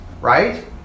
right